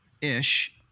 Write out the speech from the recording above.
ish